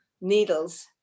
needles